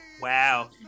Wow